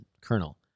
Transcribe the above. kernel